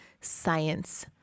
science